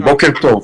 בזום, לדבר,